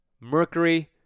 mercury